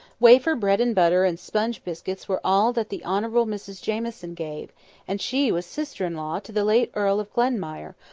wafer bread-and-butter and sponge-biscuits were all that the honourable mrs jamieson gave and she was sister-in-law to the late earl of glenmire,